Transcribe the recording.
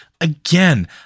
again